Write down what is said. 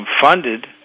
funded